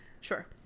sure